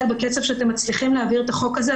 בקצב שאתם מצליחים להעביר את החוק הזה,